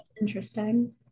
interesting